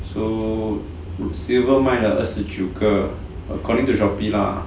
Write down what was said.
so 我 silver 卖了二十九个 according to Shopee lah